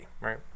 Right